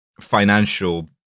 financial